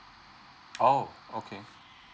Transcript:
oh okay